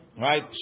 Right